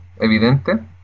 Evidente